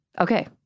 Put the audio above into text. Okay